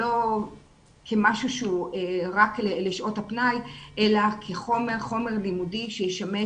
לא כמשהו שהוא רק לשעות פנאי אלא כחומר לימודי שישמש